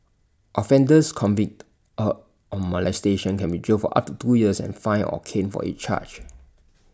offenders convict of molestation can be jailed for up to two years and fined or caned for each charge